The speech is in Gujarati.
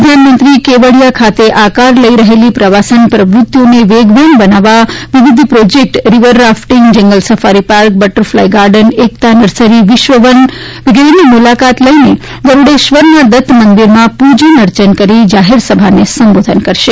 પ્રધાનમંત્રી વડિયા ખાતે આકાર લઇ રહેલી પ્રવાસન પ્રવૃત્તિઓને વેગવાન બનાવવા વિવિધ projects river rafting jungle safari park butterfly garden Ekta nursery વિશ્વવનની મુલાકાત લઇને ગરૂડેશ્વરના દત્ત મંદિરમાં પૂજા અર્ચન કરીને જાહેર સભાને સંબોધન કરશે